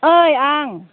ओइ आं